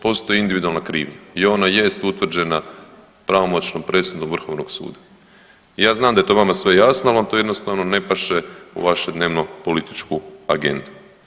Postoje individualna krivnja i ona jest utvrđena pravomoćnom presudom Vrhovnog suda i ja znam da je to vama sve jasno, ali vam to jednostavno ne paše u vašu dnevno-političku agendu.